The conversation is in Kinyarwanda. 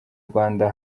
rwanda